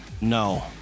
No